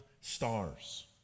stars